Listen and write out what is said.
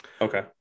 Okay